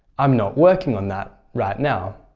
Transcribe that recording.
i'm not working on that right now.